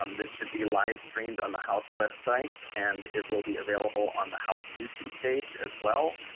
um this should be live streamed on the house web sites and it will be available on the house youtube page as well.